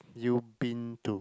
you been to